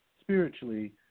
spiritually